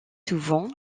souvent